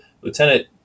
Lieutenant